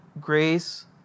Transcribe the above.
grace